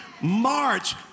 March